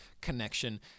connection